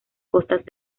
costas